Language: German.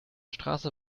straße